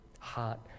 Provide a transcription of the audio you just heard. heart